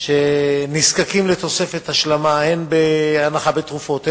שנזקקים לתוספת השלמה הן בהנחה בתרופות,